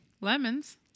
Lemons